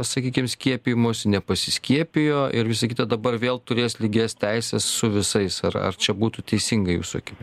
sakykim skiepijimųsi nepasiskiepijo ir visa kita dabar vėl turės lygias teises su visais ar ar čia būtų teisinga jūsų akim